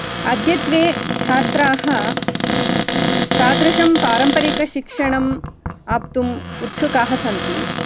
अद्यत्वे छात्राः तादृशं पारम्परिकशिक्षणम् आप्तुम् उत्सुकाः सन्ति